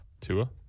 Tua